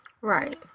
Right